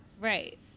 Right